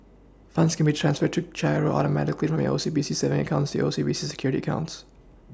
funds can be transferred through GiRO Automatically from your O C B C savings account to your O C B C Securities accounts